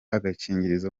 agakingirizo